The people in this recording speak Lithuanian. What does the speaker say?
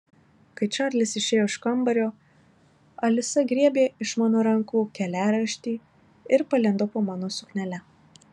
kai čarlis išėjo iš kambario alisa griebė iš mano rankų keliaraišti ir palindo po mano suknele